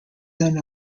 then